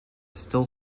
still